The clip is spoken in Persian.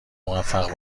موفق